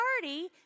party